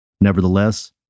Nevertheless